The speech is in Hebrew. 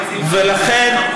ולכן,